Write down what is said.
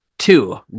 Two